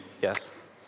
Yes